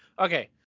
okay